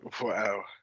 Wow